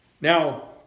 Now